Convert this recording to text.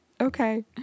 okay